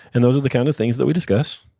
and those are the kind of things that we discuss.